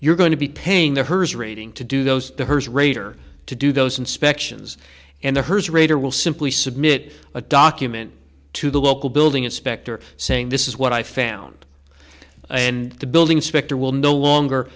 you're going to be paying their herds rating to do those the first rate or to do those inspections and the hearse rater will simply submit a document to the local building inspector saying this is what i found and the building inspector will no longer